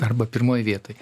arba pirmoj vietoj